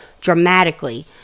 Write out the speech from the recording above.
dramatically